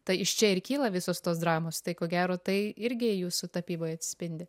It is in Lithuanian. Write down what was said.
tai iš čia ir kyla visos tos dramos tai ko gero tai irgi jūsų tapyboj atsispindi